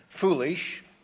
foolish